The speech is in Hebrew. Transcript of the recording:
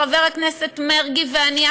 חבר הכנסת מרגי ואני,